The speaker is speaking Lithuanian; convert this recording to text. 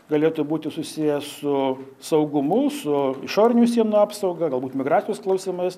galėtų būti susiję su saugumu su išorinių sienų apsauga galbūt migracijos klausimais